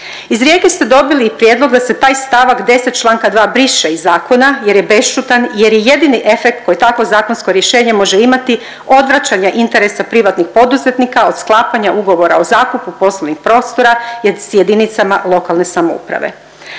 Iz Rijeke ste dobili i prijedlog da se taj stavak 10. Članka 2. briše iz zakona jer je bešćutan jer je jedini efekt koje takvo zakonsko rješenje može imati odvraćanje interesa privatnih poduzetnika od sklapanja ugovora o zakupu poslovnih prostora s jedinicama lokalne samouprave.